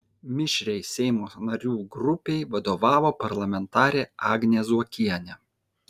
mišriai seimo narių grupei vadovavo parlamentarė agnė zuokienė